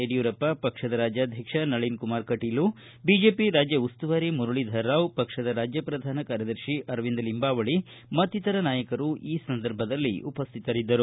ಯಡಿಯೂರಪ್ಪ ಪಕ್ಷದ ರಾಜ್ಯಾಧ್ವಕ್ಷ ನಳೀನ್ ಕುಮಾರ್ ಕಟೀಲು ಬಿಜೆಪಿ ರಾಜ್ಯ ಉಸ್ತುವಾರಿ ಮುರಳಧರ್ರಾವ್ ಪಕ್ಷದ ರಾಜ್ಯ ಪ್ರಧಾನ ಕಾರ್ಯದರ್ಶಿ ಅರವಿಂದ ಲಿಂಬಾವಳಿ ಮತ್ತಿತರ ನಾಯಕರು ಉಪಸ್ಥಿತರಿದ್ದರು